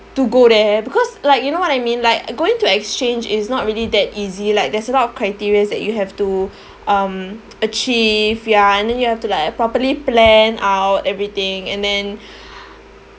to go there because like you know what I mean like going to exchange is not really that easy like there's a lot of criterias that you have to um achieve ya and then you have to like properly plan out everything and then